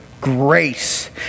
grace